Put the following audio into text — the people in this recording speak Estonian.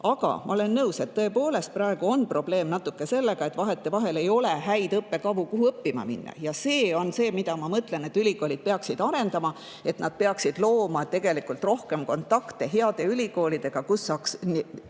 Aga ma olen nõus, et tõepoolest praegu on probleem natuke sellega, et vahetevahel ei ole häid õppekavu, kuhu õppima minna. Ja see on see, mida minu arvates ülikoolid peaksid arendama. Nad peaksid looma rohkem kontakte heade ülikoolidega, kus